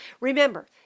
remember